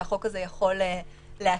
שהחוק הזה יכול להקים,